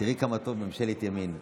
תראי כמה טוב עם ממשלת ימין.